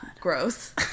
Gross